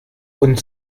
und